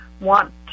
want